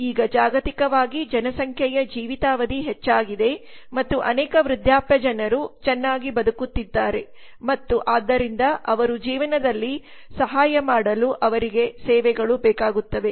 ಈಗ ಜಾಗತಿಕವಾಗಿ ಜನಸಂಖ್ಯೆಯ ಜೀವಿತಾವಧಿ ಹೆಚ್ಚಾಗಿದೆ ಮತ್ತು ಅನೇಕ ವೃದ್ಧಾಪ್ಯ ಜನರು ಚೆನ್ನಾಗಿ ಬದುಕುತ್ತಿದ್ದಾರೆ ಮತ್ತು ಆದ್ದರಿಂದ ಅವರ ಜೀವನದಲ್ಲಿ ಸಹಾಯ ಮಾಡಲು ಅವರಿಗೆ ಸೇವೆಗಳು ಬೇಕಾಗುತ್ತವೆ